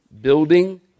Building